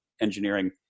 engineering